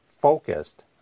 focused